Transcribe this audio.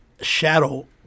shadow